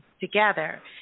together